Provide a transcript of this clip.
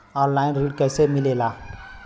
Online ऋण कैसे मिले ला?